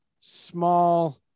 small